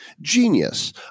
Genius